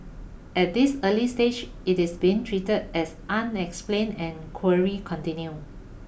at this early stage it is being treated as unexplained and query continue